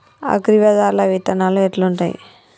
అగ్రిబజార్ల విత్తనాలు ఎట్లుంటయ్?